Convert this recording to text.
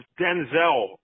Denzel